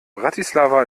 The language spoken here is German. bratislava